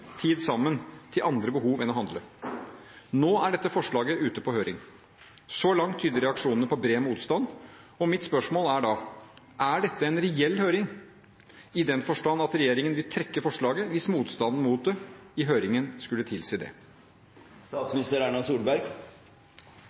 tid sammen for å dekke andre behov enn å handle. Nå er dette forslaget ute på høring. Så langt tyder reaksjonene på bred motstand, og mitt spørsmål er da: Er dette en reell høring i den forstand at regjeringen vil trekke forslaget hvis motstanden mot det i høringen skulle tilsi